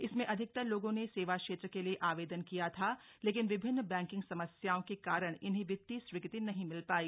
इसमें अधिकतर लोगों ने सेवा क्षेत्र के लिए आवेदन किया था लेकिन विभिन्न बैंकिंग समस्याओं के कारण इन्हें वित्तीय स्वीकृति नहीं मिल पाई